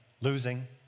Losing